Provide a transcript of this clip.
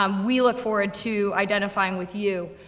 um we look forward to identifying with you,